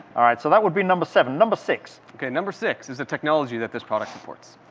all right, so that would be number seven. number six. okay, number six is the technology that this product supports.